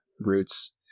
roots